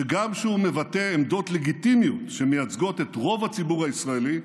שגם כשהוא מבטא עמדות לגיטימיות שמייצגות את רוב הציבור הישראלי,